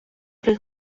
при